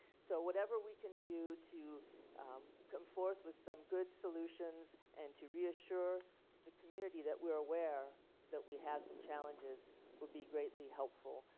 so whatever we can do to come forth with some good solutions and to reassure the community that we're aware that we have some challenges would be greatly helpful.